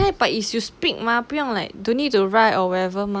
eh but is you speak mah 不用 like don't need a write or wherever mah